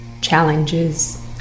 challenges